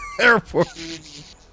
airport